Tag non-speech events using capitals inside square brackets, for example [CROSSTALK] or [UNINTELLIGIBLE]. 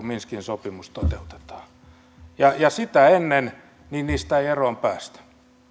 [UNINTELLIGIBLE] minskin sopimus toteutetaan sitä ennen niistä ei eroon päästä